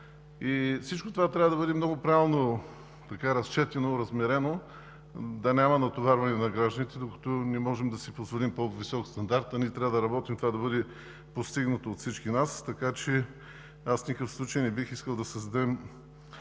Всичко това трябва да бъде много правилно разчетено и размерено, да няма натоварване на гражданите, докато не можем да си позволим по-висок стандарт. А ние трябва да работим това да бъде постигнато от всички нас, така че аз в никакъв случай не бих искал да създадем